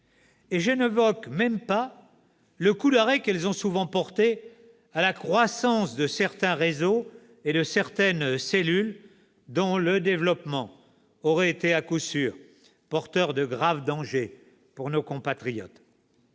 Et je n'évoque même pas le coup d'arrêt qu'elles ont souvent porté à la croissance de certains réseaux et de certaines cellules, dont le développement aurait été à coup sûr porteur de graves dangers pour nos compatriotes.